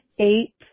eight